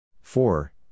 Four